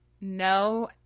No